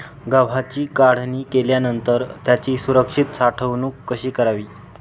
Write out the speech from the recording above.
गव्हाची काढणी केल्यानंतर त्याची सुरक्षित साठवणूक कशी करावी?